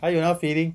还有那个 feeling